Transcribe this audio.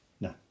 No